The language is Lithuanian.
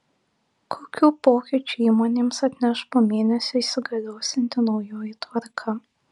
kokių pokyčių įmonėms atneš po mėnesio įsigaliosianti naujoji tvarka